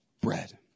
bread